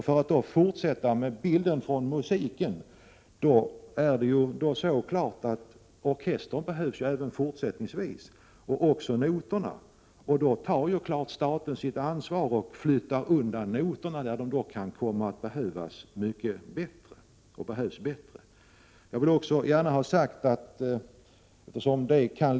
För att fortsätta med bilden från musiken är det klart att orkestern behövs även fortsättningsvis och också noterna, och då tar staten sitt ansvar och flyttar undan noterna dit där de behövs bättre.